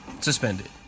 suspended